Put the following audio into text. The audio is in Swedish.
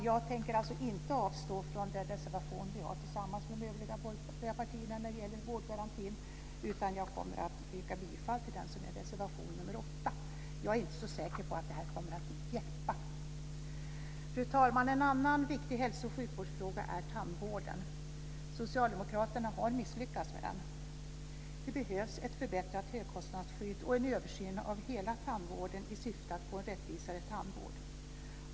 Jag tänker inte avstå från att yrka bifall till den reservation som jag och övriga borgerliga partier står bakom när det gäller vårdgarantin, utan jag yrkar alltså bifall till reservation nr 8, men jag är inte så säker på att det kommer att hjälpa. Fru talman! En annan viktig hälso och sjukvårdsfråga är tandvården. Socialdemokraterna har misslyckats även med den. Det behövs ett förbättrat högkostnadsskydd och en översyn av hela tandvården i syfte att få en rättvisare tandvård.